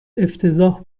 افتضاح